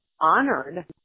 honored